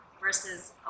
versus